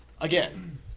Again